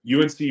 unc